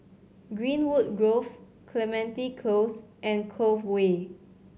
Greenwood Grove Clementi Close and Cove Way